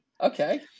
Okay